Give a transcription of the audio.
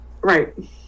right